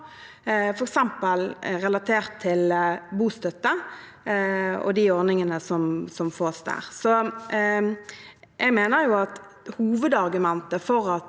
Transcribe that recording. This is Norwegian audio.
f.eks. relatert til bostøtte og de ordningene som er der. Jeg mener at hovedargumentet for at